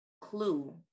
clue